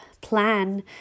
plan